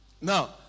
Now